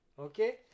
Okay